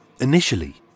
Initially